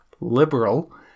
liberal